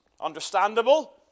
understandable